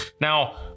Now